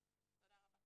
תודה רבה לך,